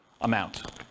amount